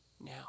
now